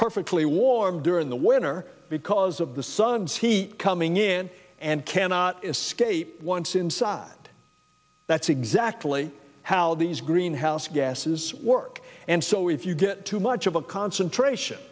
perfectly warm during the winter because of the sun's heat coming in and cannot escape once inside that's exactly how these greenhouse gases work and so if you get too much of a concentration